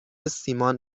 سیمان